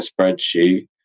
spreadsheet